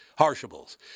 Harshables